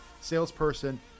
salesperson